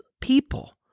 people